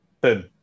boom